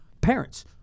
parents